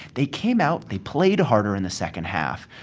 they came out, they played harder in the second half.